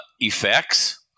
effects